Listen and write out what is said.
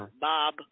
Bob